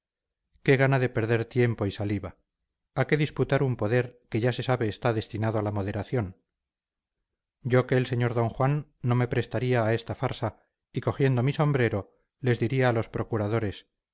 qué gana de perder tiempo y saliva a qué disputar un poder que ya se sabe está destinado a la moderación yo que el sr d juan no me prestaría a esta farsa y cogiendo mi sombrero les diría a los procuradores